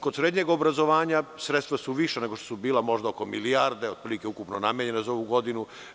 Kod srednjeg obrazovanja, sredstva su viša nego što su bila, oko milijarde je ukupno namenjeno za ovu godinu.